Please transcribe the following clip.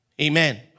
Amen